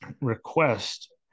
request